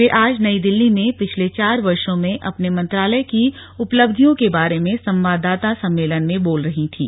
वे आज नई दिल्ली में पिछले चार वर्षो में अपने मंत्रालय की उपलब्धियों के बारे में संवाददाता सम्मेलन में बोल रही थीं